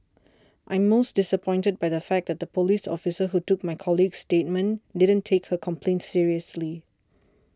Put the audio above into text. I'm most disappointed by the fact that the police officer who took my colleague's statement didn't take her complaint seriously